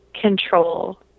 control